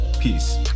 Peace